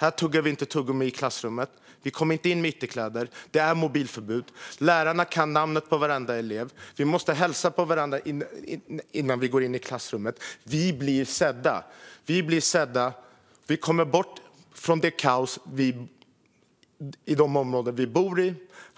vi tuggar inte tuggummi i klassrummet, vi kommer inte in med ytterkläder, det är mobilförbud, lärarna kan namnet på varenda elev och vi måste hälsa på varandra. Vi blir sedda, och vi kommer bort från kaoset i de områden vi bor i.